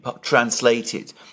translated